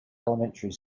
elementary